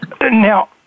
Now